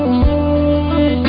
yeah